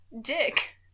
Dick